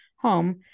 home